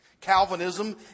Calvinism